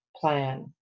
plan